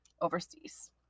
overseas